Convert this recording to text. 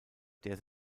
der